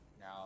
now